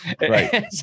Right